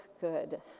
good